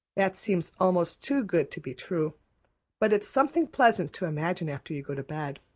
that seems almost too good to be true but it's something pleasant to imagine after you go to bed.